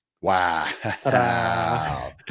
Wow